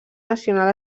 nacional